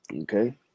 Okay